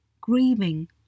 grieving